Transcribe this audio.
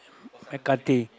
McCartey